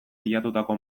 pilatutako